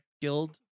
guild